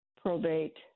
probate